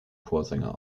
chorsänger